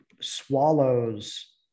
swallows